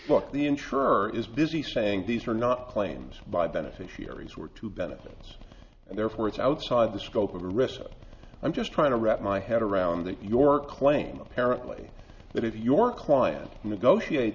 but the insurer is busy saying these are not claims by beneficiaries were to benefits and therefore it's outside the scope of the rest i'm just trying to wrap my head around that your claim apparently that if your client negotiate